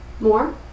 More